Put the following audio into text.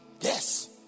Yes